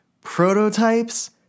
Prototypes